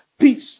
peace